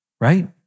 right